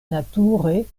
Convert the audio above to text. nature